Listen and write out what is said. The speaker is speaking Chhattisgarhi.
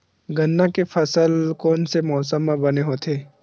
गन्ना के फसल कोन से मौसम म बने होथे?